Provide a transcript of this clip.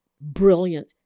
brilliant